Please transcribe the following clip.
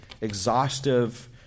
exhaustive